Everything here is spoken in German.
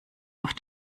auf